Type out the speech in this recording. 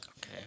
okay